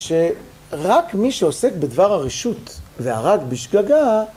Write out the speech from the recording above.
שרק מי שעוסק בדבר הרשות והרג בשגגה